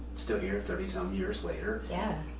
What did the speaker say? still here thirty some years later. yeah.